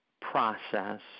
process